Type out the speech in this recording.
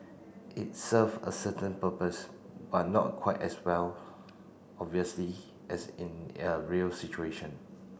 it serve a certain purpose but not quite as well obviously as in a real situation